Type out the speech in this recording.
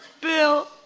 Bill